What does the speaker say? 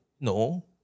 no